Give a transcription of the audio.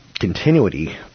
continuity